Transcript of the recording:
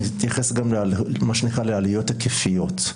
שנתייחס גם לעלויות היקפיות.